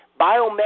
biomedical